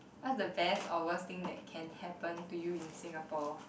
what the best or worst thing that can happen to you in Singapore